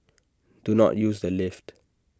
do not use the lift